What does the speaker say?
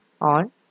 on